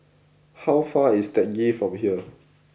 how far is Teck Ghee from here